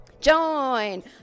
Join